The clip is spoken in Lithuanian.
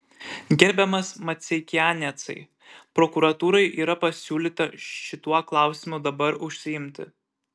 gerbiamas maceikianecai prokuratūrai yra pasiūlyta šituo klausimu dabar užsiimti